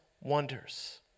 wonders